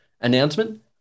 announcement